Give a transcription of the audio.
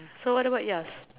so what about ya